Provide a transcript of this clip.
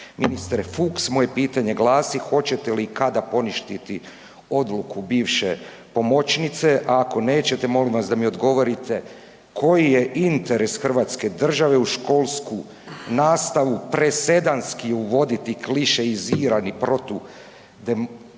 Ministre Fuchs moje pitanje glasi hoćete li i kada poništiti odluku bivše pomoćnice, a ako nećete molim vas da mi odgovorite koji je interes hrvatske države u školsku nastavu presedanski uvoditi klišeizirani protudokumentarni